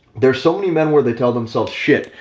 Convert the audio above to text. there's so many men where they tell themselves shit,